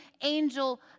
angel